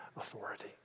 authority